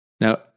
Now